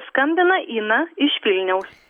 skambina ina iš vilniaus